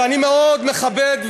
ואני מאוד מכבד,